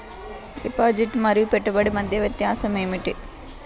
Deposit మరియు పెట్టుబడి మధ్య వ్యత్యాసం ఏమిటీ?